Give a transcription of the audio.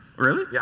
really? yeah